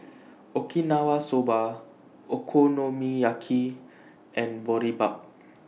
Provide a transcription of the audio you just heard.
Okinawa Soba Okonomiyaki and Boribap